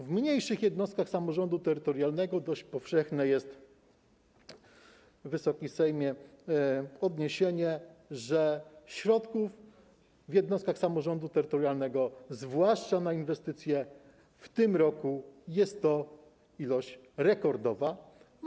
W mniejszych jednostkach samorządu terytorialnego dość powszechne jest, Wysoki Sejmie, odniesienie, że środków w jednostkach samorządu terytorialnego, zwłaszcza na inwestycje w tym roku, jest rekordowa ilość.